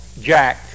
Jack